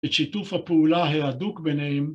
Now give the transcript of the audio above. את שיתוף הפעולה היעדוק ביניהם